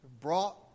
Brought